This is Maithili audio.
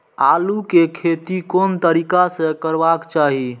आलु के खेती कोन तरीका से करबाक चाही?